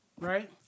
right